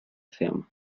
ferme